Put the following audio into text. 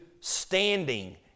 standing